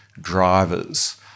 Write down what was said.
drivers